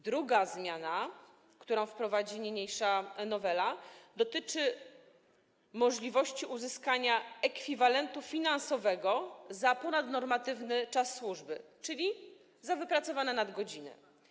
Druga zmiana, którą wprowadzi niniejsza nowela, dotyczy możliwości uzyskania ekwiwalentu finansowego za ponadnormatywny czas służby, czyli za wypracowane nadgodziny.